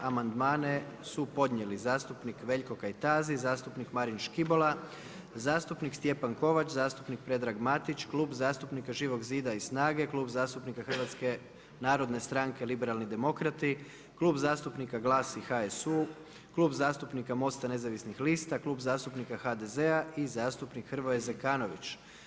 Amandmane su podnijeli zastupnik Veljko Kajtazi, zastupnik Marin Škibola, zastupnik Stjepan Kovač, zastupnik Predrag Matić, Klub zastupnika Živog zida i SNAG-a, Klub zastupnika HNS-a Liberalni demokrati, Klub zastupnika GLAS i HSU, Klub zastupnika MOST-a Nezavisnih lista, Klub zastupnika HDZ-a i zastupnik Hrvoje Zekanović.